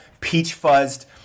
peach-fuzzed